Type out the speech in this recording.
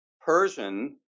Persian